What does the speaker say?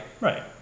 right